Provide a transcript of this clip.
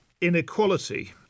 inequality